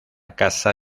casa